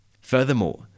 Furthermore